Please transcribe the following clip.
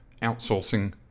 outsourcing